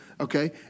Okay